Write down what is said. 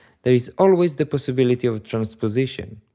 there is always the possibility of transposition.